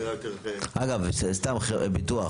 אגב, סתם, ביטוח.